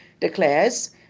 declares